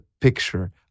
picture